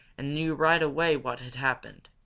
and knew right away what had happened.